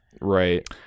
Right